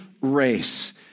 race